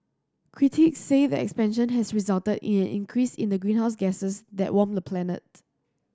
critics say the expansion has resulted in an increase in the greenhouse gases that warm the planet